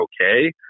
okay